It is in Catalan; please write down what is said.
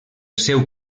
seu